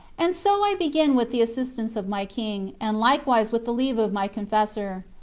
and so i begin with the assistance of my king, and likewise with the leave of my confessor.